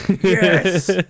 Yes